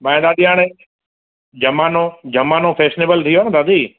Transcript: भाई दादी हाणे ज़मानो ज़मानो फैशनेबल थी वियो आहे न दादी